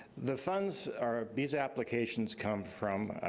the funds are, these applications come from